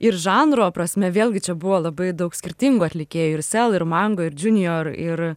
ir žanro prasme vėlgi čia buvo labai daug skirtingų atlikėjų ir sel ir mango ir džiunijor ir